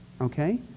okay